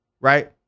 right